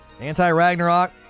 Anti-Ragnarok